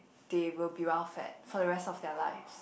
they will be well fed for the rest of their lives